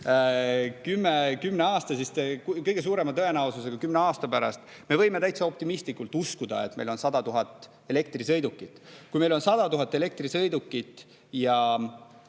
Kõige suurema tõenäosusega kümne aasta pärast me võime täitsa optimistlikult uskuda, et meil on 100 000 elektrisõidukit. Kui meil on 100 000 elektrisõidukit ja